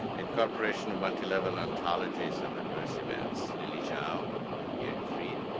incorporation of multilevel ontologies of adverse events, lili zhao and gary freed.